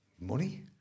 Money